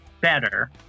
better